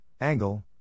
angle